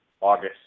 August